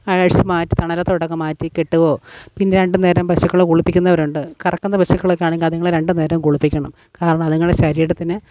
അഴിച്ചുമാറ്റി തണലത്തോട്ടൊക്കെ മാറ്റിക്കെട്ടോ പിന്നെ രണ്ടു നേരം പശുക്കളെ കുളിപ്പിക്കുന്നവരുണ്ട് കറക്കുന്ന പശുക്കളൊക്കെ ആണെങ്കില് അതുങ്ങളെ രണ്ടു നേരം കുളിപ്പിക്കണം കാരണം അതുങ്ങളുടെ ശരീരത്തിന്